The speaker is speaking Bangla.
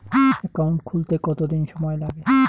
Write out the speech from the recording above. একাউন্ট খুলতে কতদিন সময় লাগে?